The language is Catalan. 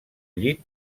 llit